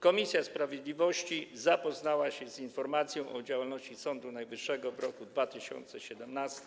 Komisja sprawiedliwości zapoznała się z informacją o działalności Sądu Najwyższego w roku 2017.